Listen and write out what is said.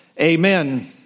Amen